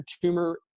tumor